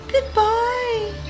Goodbye